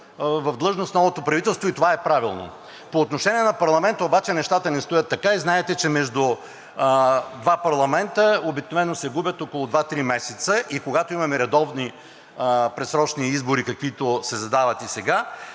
в длъжност новото правителство и това е правилно. По отношение на парламента нещата не стоят така и знаете, че между два парламента се губят обикновено около два-три месеца и когато имаме редовни предсрочни избори, каквито се задават и сега,